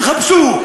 יחפשו,